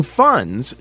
funds